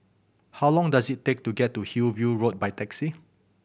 how long does it take to get to Hillview Road by taxi